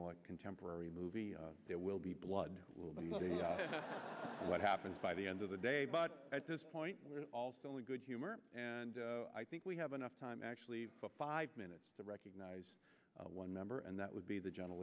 more contemporary movie there will be blood what happens by the end of the day but at this point also only good humor and i think we have enough time actually five minutes to recognize one member and that would be the